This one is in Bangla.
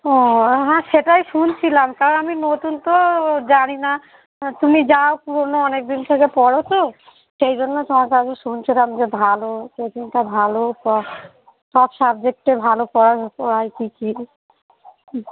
ও হ্যাঁ সেটাই শুনছিলাম কারণ আমি নতুন তো জানি না তুমি যাও পুরোনো অনেকদিন থেকে পড়ো তো সেই জন্য তোমাকে কাছে শুনছিলাম যে ভালো কোচিংটা ভালো সব সাবজেক্টে ভালো পড়া পড়ায় কী কী